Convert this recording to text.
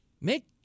make